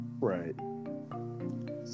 Right